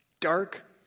dark